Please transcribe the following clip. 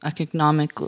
economic